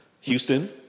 Houston